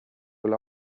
will